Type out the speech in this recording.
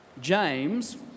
James